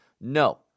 No